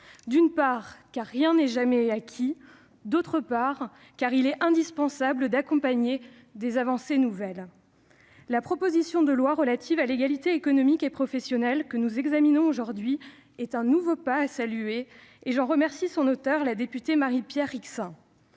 d'une part, rien n'est jamais acquis dans ce domaine ; d'autre part, il est indispensable d'accompagner les avancées nouvelles. La proposition de loi visant à accélérer l'égalité économique et professionnelle, que nous examinons aujourd'hui, est un nouveau pas à saluer, et j'en remercie son auteur, le députée Marie-Pierre Rixain.